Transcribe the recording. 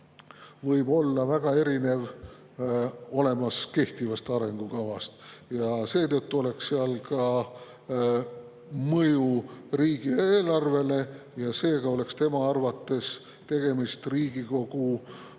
võib olla väga erinev kehtivast arengukavast. Seetõttu oleks seal ka mõju riigieelarvele ja seega oleks tema arvates tegemist [51]